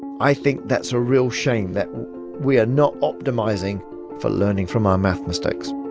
i think that's a real shame that we are not optimizing for learning from our math mistakes